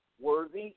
worthy